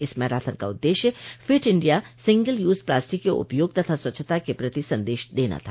इस मैराथन का उददेश्य fit India single use plastic के उपयोग तथा स्वच्छता के प्रति संदेश देना था